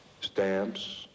Stamps